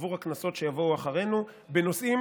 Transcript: עבור הכנסות שיבואו אחרינו בנושאים